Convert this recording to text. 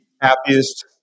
Happiest